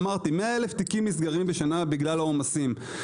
אמרתי, 100,000 תיקים נסגרים בשנה בגלל העומסים.